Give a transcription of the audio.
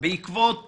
בעקבות